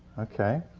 okay.